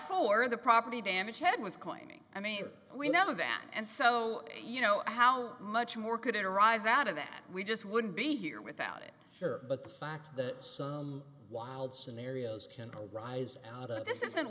for the property damage ted was claiming i mean we know that and so you know how much more could arise out of that we just wouldn't be here without it sure but the fact that some wild scenarios can arise out of this isn't